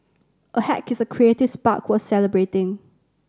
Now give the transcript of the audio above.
a hack is a creative spark worth celebrating